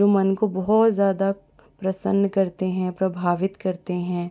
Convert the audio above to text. जो मन को बहुत ज़्यादा प्रसन्न करते हैं प्रभावित करते हैं